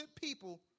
people